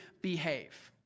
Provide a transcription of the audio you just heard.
behave